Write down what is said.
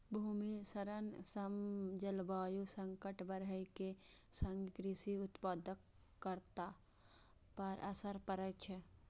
भूमि क्षरण सं जलवायु संकट बढ़ै के संग कृषि उत्पादकता पर असर पड़ै छै